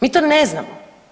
Mi to ne znamo.